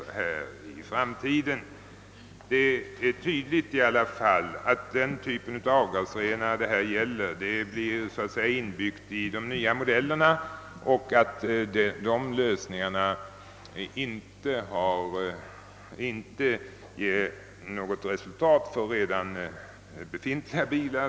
Det är i alla fall klart att den typ av avgasrenare det här gäller blir inbyggd i de nya modellerna och att lösningen i fråga inte kommer att avse bilar som redan är i drift.